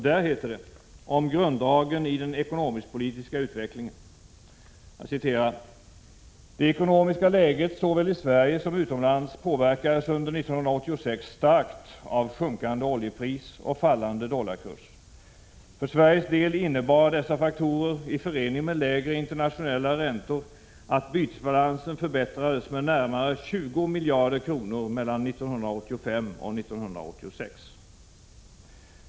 Där heter det om grunddragen i den ekonomisk-politiska utvecklingen: ”Det ekonomiska läget såväl i Sverige som utomlands påverkades under 1986 starkt av sjunkande oljepris och fallande dollarkurs. För Sveriges del innebar dessa faktorer i förening med lägre internationella räntor att bytesbalansen förbättrades med närmare 20 miljarder kronor mellan 1985 och 1986.